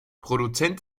produzent